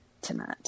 tonight